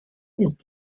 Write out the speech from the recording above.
ist